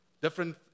different